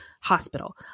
hospital